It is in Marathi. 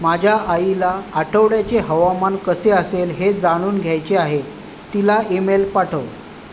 माझ्या आईला आठवड्याचे हवामान कसे असेल हे जाणून घ्यायचे आहे तिला ईमेल पाठव